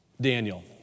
Daniel